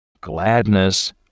gladness